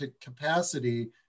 capacity